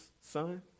son